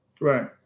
Right